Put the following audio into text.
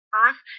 earth